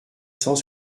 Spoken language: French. cent